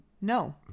No